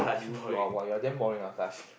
!woo! ah you are damn boring Akash